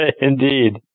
Indeed